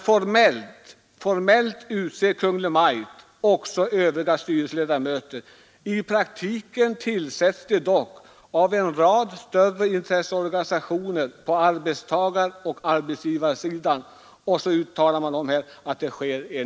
Formellt utser Kungl. Maj:t också övriga styrelseledamöter. I praktiken tillsätts de dock av en rad större intresseorganisationer på arbetstagaroch arbetsgivarsidan.